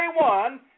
one